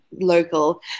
local